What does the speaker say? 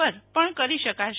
પર પણ કરી શકાશે